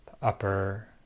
upper